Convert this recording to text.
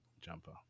jumper